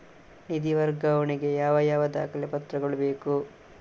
ನಿಧಿ ವರ್ಗಾವಣೆ ಗೆ ಯಾವ ಯಾವ ದಾಖಲೆ ಪತ್ರಗಳು ಬೇಕು?